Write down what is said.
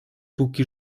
póki